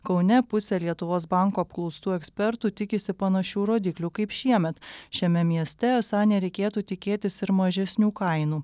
kaune pusė lietuvos banko apklaustų ekspertų tikisi panašių rodiklių kaip šiemet šiame mieste esą nereikėtų tikėtis ir mažesnių kainų